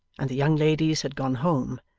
and the young ladies had gone home,